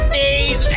days